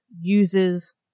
uses